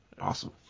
Awesome